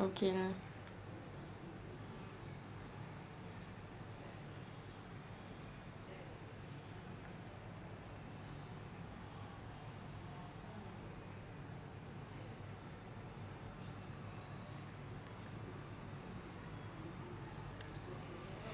okay